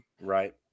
right